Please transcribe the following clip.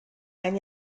ein